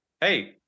hey